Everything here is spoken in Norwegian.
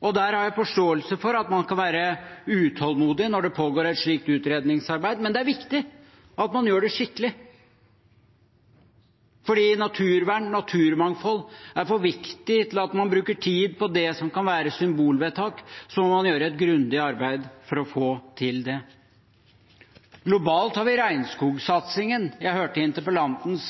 har forståelse for at man kan være utålmodig når et slikt utredningsarbeid pågår, men det er viktig at man gjør det skikkelig, for naturvern og naturmangfold er for viktig til at man bruker tid på det som kan være symbolvedtak. Man må gjøre et grundig arbeid for å få til det. Globalt har vi regnskogsatsingen. Jeg hørte interpellantens